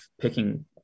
picking